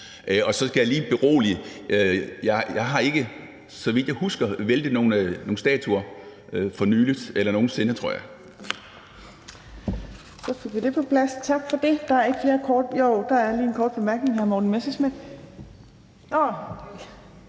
Og så lige til beroligelse: Jeg har ikke, så vidt jeg husker, væltet nogen statuer for nylig eller nogen sinde, tror jeg.